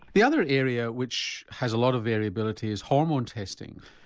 the other area which has a lot of variability is hormone testing.